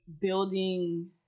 building